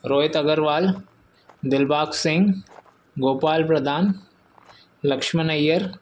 Rohit Agarwal Dilbag Singh Gopal Pradhan Lakshman Iyer